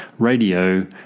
Radio